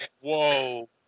whoa